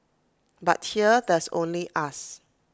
but here there's only us